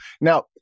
now